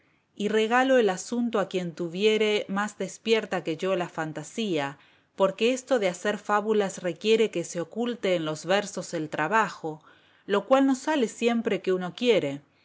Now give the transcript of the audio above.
y regalo el asunto a quien tuviere más despierta que yo la fantasía porque esto de hacer fábulas requiere que se oculte en los versos el trabajo lo cual no sale siempre que uno quiere